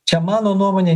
čia mano nuomonė